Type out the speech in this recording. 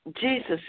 Jesus